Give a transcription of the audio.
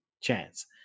chance